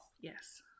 Yes